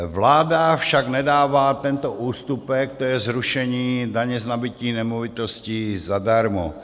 Vláda však nedává tento ústupek, tj. zrušení daně z nabytí nemovitostí, zadarmo.